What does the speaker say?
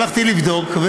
הלכתי לבדוק,